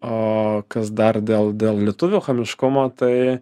o kas dar dėl dėl lietuvių chamiškumo tai